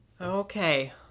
Okay